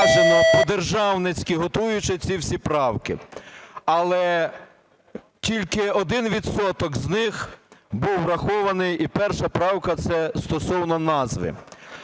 зважено, по-державницьки, готуючи ці всі правки, але тільки 1 відсоток з них був врахований. І перша правка, це стосовно назви.